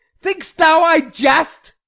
think'st thou i jest?